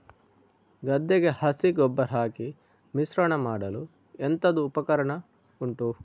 ಗದ್ದೆಗೆ ಹಸಿ ಗೊಬ್ಬರ ಹಾಕಿ ಮಿಶ್ರಣ ಮಾಡಲು ಎಂತದು ಉಪಕರಣ ಉಂಟು?